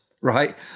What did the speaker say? right